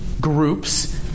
groups